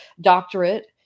doctorate